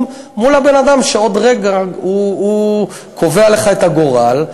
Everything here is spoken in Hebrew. מול הבן-אדם שעוד רגע הוא קובע לך את הגורל,